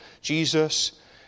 Jesus